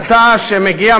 איזה הומור זה?